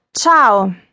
Ciao